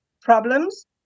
problems